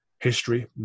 history